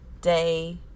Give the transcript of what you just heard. day